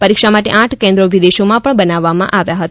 પરીક્ષા માટે આઠ કેન્દ્રો વિદેશોમાં પણ બનાવવામાં આવ્યા હતા